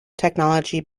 technology